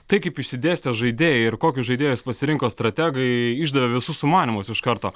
tai kaip išsidėstė žaidėjai ir kokius žaidėjus pasirinko strategai išdavė visus sumanymus iš karto